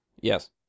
Yes